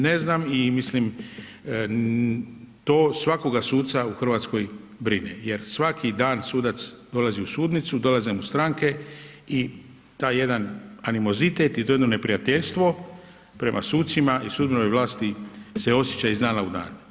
Ne znam i mislim to svakoga suca u Hrvatskoj brine, jer svaki dan sudac dolazi u sudnicu, dolaze mu stranke i taj jedan animozitet i to jedno neprijateljstvo prema sucima i sudbenoj vlasti se osjeća iz dana u dan.